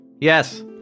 Yes